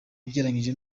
ugereranyije